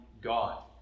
God